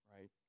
right